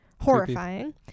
Horrifying